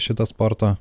šito sporto